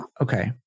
Okay